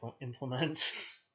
implement